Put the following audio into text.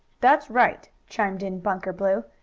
that's right, chimed in bunker blue.